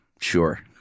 sure